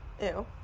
Ew